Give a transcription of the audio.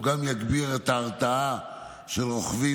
הוא גם יגביר את ההתרעה של רוכבים